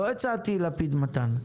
לא הצעתי לפיד, מתן.